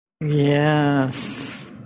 Yes